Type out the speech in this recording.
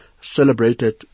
celebrated